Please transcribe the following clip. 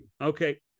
Okay